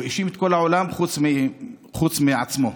הוא האשים את כל העולם חוץ מאת עצמו.